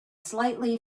slightly